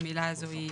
המילה הזו היא